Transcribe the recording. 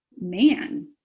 man